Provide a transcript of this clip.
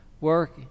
work